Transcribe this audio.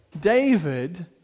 David